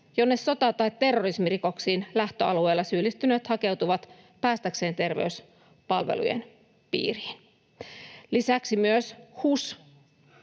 jonne sota- tai terrorismirikoksiin lähtöalueella syyllistyneet hakeutuvat päästäkseen terveyspalvelujen piiriin. Lisäksi myös HUS lausui